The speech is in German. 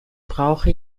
brauche